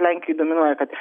lenkijoj dominuoja kad